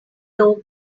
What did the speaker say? low